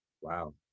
wow